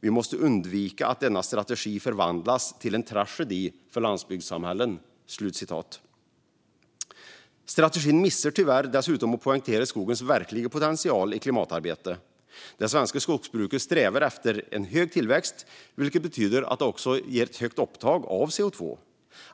"Vi måste undvika att denna strategi förvandlas till en tragedi för landsbygdssamhällen." Strategin missar tyvärr att poängtera skogens verkliga potential i klimatarbetet. Det svenska skogsbruket strävar efter hög tillväxt, vilket betyder att det också ger ett högt upptag av CO2.